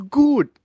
good